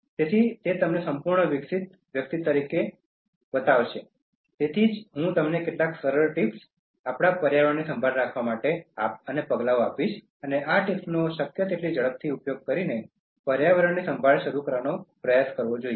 તેથી તે તમને સંપૂર્ણ વિકસિત વ્યક્તિત્વ તરીકે બતાવશે તેથી જ હું તમને કેટલાક સરળ ટીપ્સ અને આપણા પર્યાવરણની સંભાળ રાખવા માટેના સરળ પગલાઓ આપીશ અને આ ટીપ્સનો તમારે શક્ય તેટલી ઝડપથી ઉપયોગ કરીને પર્યાવરણની સંભાળ શરૂ કરવાનો પ્રયાસ કરવો જોઈએ